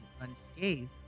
unscathed